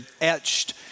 etched